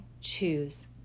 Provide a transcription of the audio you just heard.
choose